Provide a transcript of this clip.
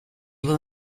will